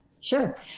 Sure